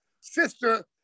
sister